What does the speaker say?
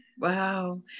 wow